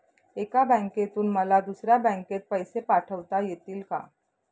एका बँकेतून मला दुसऱ्या बँकेत पैसे पाठवता येतील का?